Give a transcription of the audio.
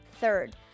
third